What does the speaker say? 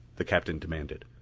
the captain demanded.